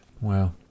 Wow